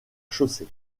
chaussée